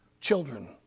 children